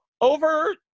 over